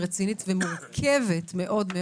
רצינית ומורכבת מאוד.